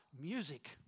music